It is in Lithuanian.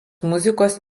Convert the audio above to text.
muzikos